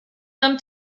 them